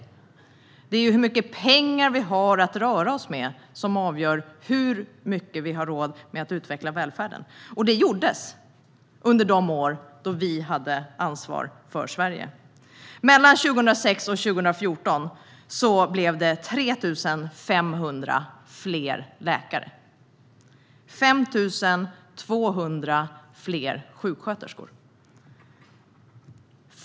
Det är hur mycket pengar vi har att röra oss med som avgör hur mycket vi har råd att utveckla välfärden. Det gjordes under de år då vi hade ansvar för Sverige. Välfärden utvecklades. Mellan 2006 och 2014 blev det 3 500 fler läkare och 5 200 fler sjuksköterskor.